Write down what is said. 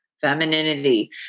femininity